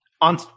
On